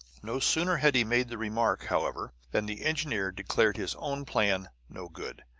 no sooner had he made the remark, however, than the engineer declared his own plan no good.